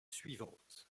suivantes